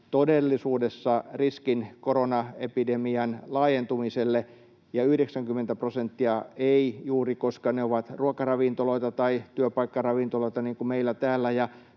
todellisuudessa riskin koronaepidemian laajentumiselle ja 90 prosenttia ei juuri muodosta, koska ne ovat ruokaravintoloita tai työpaikkaravintoloita, niin kuin meillä täällä,